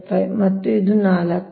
75 ಮತ್ತು ಇದು 4